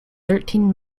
thirteen